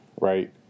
right